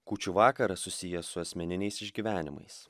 kūčių vakaras susijęs su asmeniniais išgyvenimais